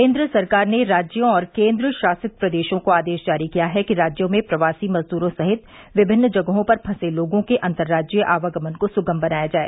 केन्द्र सरकार ने राज्यों और केंद्र शासित प्रदेशों को आदेश जारी किया है कि राज्यों में प्रवासी मजद्रों सहित विभिन्न जगहों पर फंसे लोगों के अंतर राज्यीय आवागमन को सुगम बनाया जाए